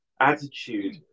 attitude